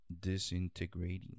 disintegrating